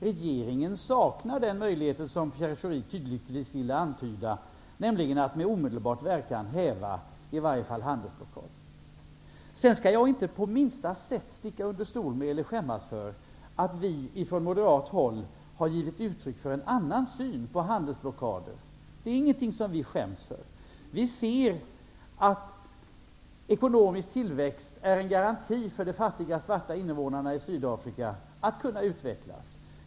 Regeringen saknar den möjlighet som Pierre Schori ville antyda, nämligen att med omedelbar verkan kunna häva en handelsblockad. Jag tänker inte på minsta sätt sticka under stol med eller skämmas för att vi från moderat håll har givit uttryck för en annan syn på handelsblockader. Vi ser att ekonomisk tillväxt är en garanti för att de fattiga svarta innevånarna i Sydafrika skall kunna utvecklas.